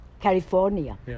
California